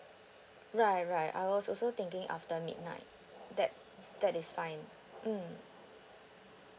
right right I was also thinking after midnight that that is fine mm